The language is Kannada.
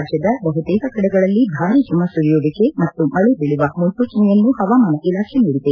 ರಾಜ್ಯದ ಬಹುತೇಕ ಕಡೆಗಳಲ್ಲಿ ಭಾರಿ ಹಿಮ ಸುರಿಯುವಿಕೆ ಮತ್ತು ಮಳೆ ಬೀಳುವ ಮುನ್ಲೂಚನೆಯನ್ನು ಹವಾಮಾನ ಇಲಾಖೆ ನೀಡಿದೆ